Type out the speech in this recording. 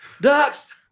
Ducks